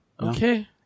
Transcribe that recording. Okay